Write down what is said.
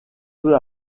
peu